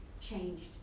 changed